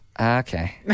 Okay